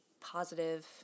positive